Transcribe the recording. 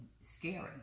scary